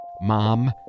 Mom